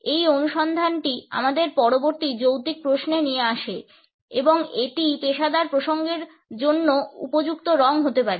এই অনুসন্ধানটি আমাদের পরবর্তী যৌক্তিক প্রশ্নে নিয়ে আসে এবং এটিই পেশাদার প্রসঙ্গের জন্য উপযুক্ত রং হতে পারে